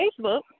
Facebook